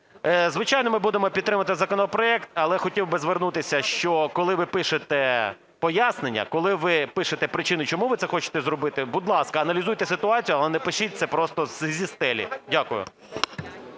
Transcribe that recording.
звичайно, ми будемо підтримувати законопроект, але хотів би звернутися, що коли ви пишете пояснення, коли ви пишете причину чому ви це хочете зробити, будь ласка, аналізуйте ситуацію, але не пишіть це просто зі стелі. Дякую.